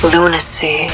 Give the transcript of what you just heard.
Lunacy